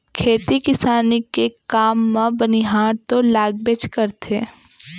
खेती किसानी के काम म बनिहार तो लागबेच करथे